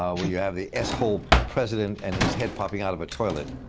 um you have the s-hole president and his head popping out of a toilet.